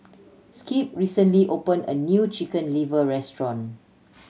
Skip recently opened a new Chicken Liver restaurant